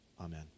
amen